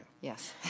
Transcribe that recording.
Yes